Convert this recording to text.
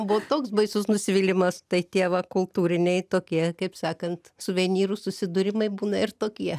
buvo toks baisus nusivylimas tai tie va kultūriniai tokie kaip sakant suvenyrų susidūrimai būna ir tokie